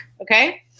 Okay